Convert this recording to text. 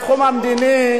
בתחום המדיני,